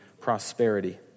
prosperity